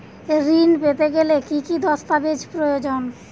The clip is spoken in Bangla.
ঋণ পেতে গেলে কি কি দস্তাবেজ প্রয়োজন?